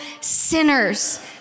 sinners